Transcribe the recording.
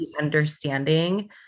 understanding